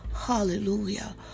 Hallelujah